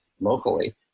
locally